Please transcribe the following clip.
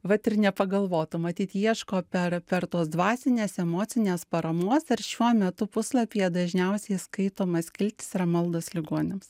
vat ir nepagalvotum matyt ieško per per tuos dvasinės emocinės paramos ir šiuo metu puslapyje dažniausiai skaitoma skiltis yra maldos ligoniams